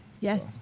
Yes